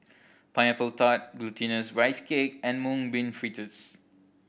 Pineapple Tart Glutinous Rice Cake and Mung Bean Fritters